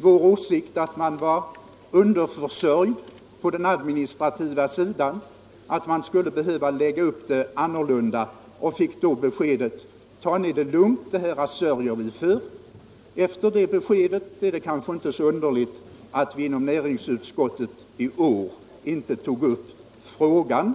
vår åsikt att man var underförsörjd på den administrativa sidan och att administrationen skulle behöva läggas upp annorlunda. Vi fick då beskedet: Ta ni det lugnt; det här sörjer vi för! Efter det beskedet är det kanske inte så underligt att vi inom näringsutskottet i år inte tog upp frågan.